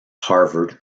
harvard